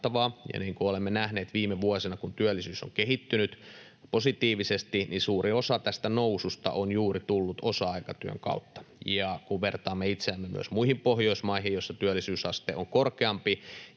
ja niin kuin olemme nähneet viime vuosina, kun työllisyys on kehittynyt positiivisesti, niin suuri osa tästä noususta on juuri tullut osa-aikatyön kautta. Ja kun vertaamme itseämme myös muihin Pohjoismaihin, joissa työllisyysaste on korkeampi,